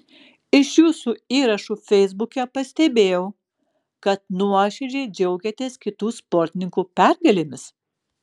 iš jūsų įrašų feisbuke pastebėjau kad nuoširdžiai džiaugiatės kitų sportininkų pergalėmis